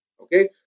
okay